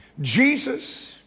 Jesus